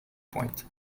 point